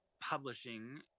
publishing